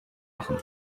machen